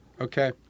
Okay